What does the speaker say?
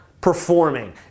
Performing